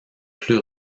plus